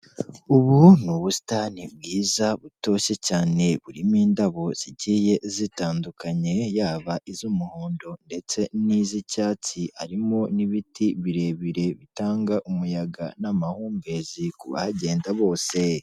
Ubu ni ubusitani bwiza butoshye cyane burimo indabo zigiye zitandukanye, yaba iz'umuhondo ndetse n'iz'icyatsi, harimo n'ibiti birebire bitanga umuyaga n'amahumbezi ku bahagenda bose.